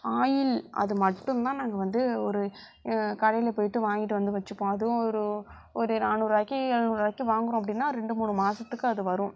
oil அதை மட்டுந்தான் நாங்கள் வந்து ஒரு கடையில் போய்ட்டு வாங்கிட்டு வந்து வச்சுப்போம் அதுவும் ஒரு ஒரு நானூறுபாய்க்கு எழுநூறுபாய்க்கு வாங்கிறோம் அப்படினா ரெண்டு மூணு மாசத்துக்கு அது வரும்